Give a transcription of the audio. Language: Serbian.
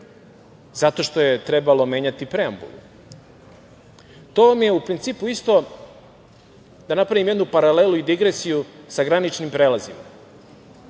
Zato što je trebalo menjati preambulu. To vam je u principu isto, da napravim jednu paralelu i digresiju, sa graničnim prelazima.